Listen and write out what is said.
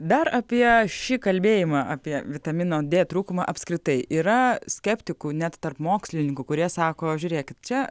dar apie šį kalbėjimą apie vitamino d trūkumą apskritai yra skeptikų net tarp mokslininkų kurie sako žiūrėkit čia